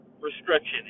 restriction